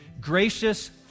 Gracious